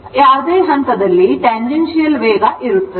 ಆದ್ದರಿಂದ ಯಾವುದೇ ಹಂತದಲ್ಲಿ tangential ವೇಗ ಇರುತ್ತದೆ